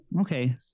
Okay